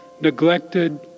neglected